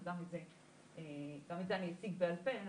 אז גם את זה אני אציג בעל פה.